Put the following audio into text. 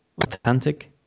authentic